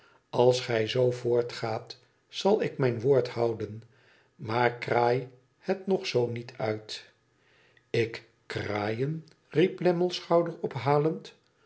als gij zoo voortgaat zal ik mijn woord houden maar kraai het nog zoo niet uit ik kraaien riep lamme schouderophalend